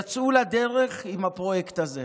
והם יצאו לדרך עם הפרויקט הזה,